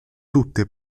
tutte